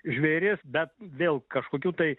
žvėris bet vėl kažkokių tai